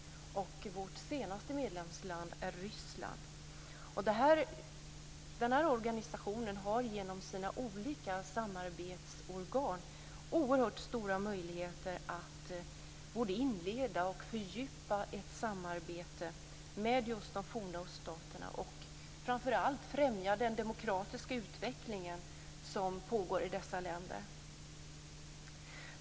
Vårt senaste medlemsland är Ryssland. Organisationen har genom sina olika samarbetsorgan oerhört stora möjligheter att både inleda och fördjupa ett samarbete med just de forna öststaterna och framför allt främja den demokratiska utvecklingen som pågår i dessa länder.